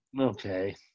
Okay